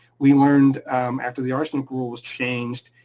we learned after the arsenic rule was changed,